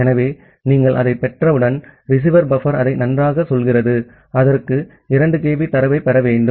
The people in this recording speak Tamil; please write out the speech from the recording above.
ஆகவே நீங்கள் அதைப் பெற்றவுடன் ரிசீவர் பஃபர் அதை நன்றாகச் சொல்கிறது அதற்கு 2 kB தரவைப் பெற வேண்டும்